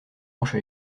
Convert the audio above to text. manches